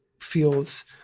feels